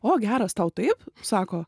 o geras tau taip sako